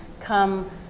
come